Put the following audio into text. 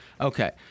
Okay